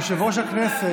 יושב-ראש הכנסת,